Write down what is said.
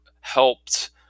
helped